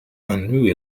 ainu